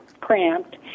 cramped